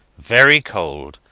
very cold,